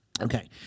Okay